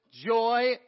joy